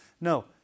No